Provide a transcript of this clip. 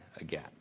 again